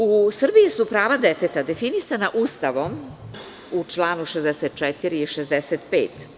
U Srbiji su prava deteta definisana Ustavom u članu 64. i 65.